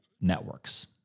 networks